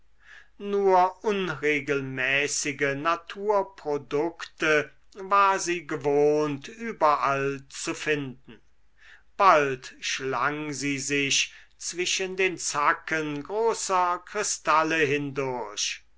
nur unregelmäßige naturprodukte war sie gewohnt überall zu finden bald schlang sie sich zwischen den zacken großer kristalle hindurch